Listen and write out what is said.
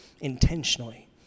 intentionally